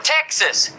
Texas